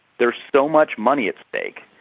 there is so much money at stake